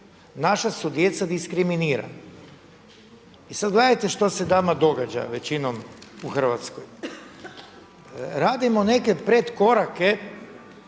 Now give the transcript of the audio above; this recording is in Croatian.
naša su djeca diskriminirana. I sada gledajte što se nama događa većinom u Hrvatskoj, radimo neke predkorake